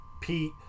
Pete